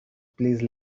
please